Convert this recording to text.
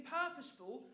purposeful